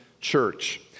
church